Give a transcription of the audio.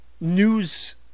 news